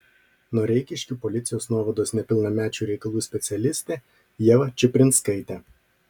noreikiškių policijos nuovados nepilnamečių reikalų specialistę ievą čiuprinskaitę